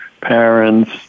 parents